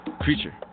creature